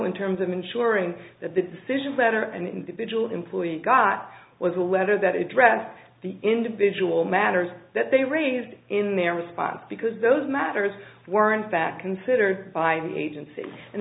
in terms of ensuring that the decisions that are an individual employee got was a letter that address the individual matters that they raised in their response because those matters were in fact considered by the agency and